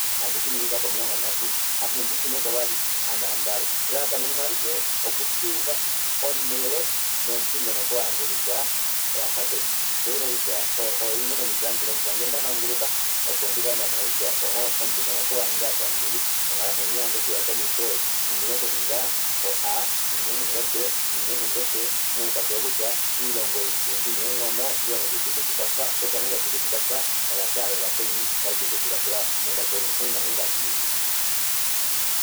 Handiikiininga komilongo nhatu ame ndishuneko vali ame handaaluka elalakano limwe aalike okushiiva onele nomudingonoko wange kutya owafa peni shoo osho nee kuty o- o- oyo unene omito handi longifa ngee ndamanguluka opo ndimone kutya ohoo omudingonoko wange apa ndili onghalamwenyo yange okuya komesho ee onina okuniga a ondina okuninga b ondina okuninga c moukwatya ou kutya oilongo ei ina eenghono oilongo ei taidulu okutukwafa epangelo eli tali dulu okutukwafa ola taalela peni otalidulu okutukwafela ouna ngenge hatuningi shike